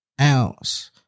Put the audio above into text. ounce